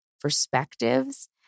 perspectives